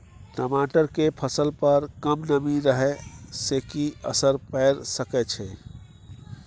टमाटर के फसल पर कम नमी रहै से कि असर पैर सके छै?